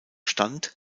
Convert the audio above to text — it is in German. stand